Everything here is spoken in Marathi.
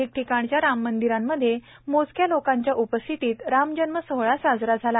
ठिकठिकाणच्या राम मंदीरांमध्ये मोजक्या लोकांच्या उपस्थितीत रामजन्म सोहळा साजरा झाला